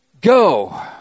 go